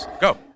go